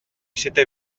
siete